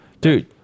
dude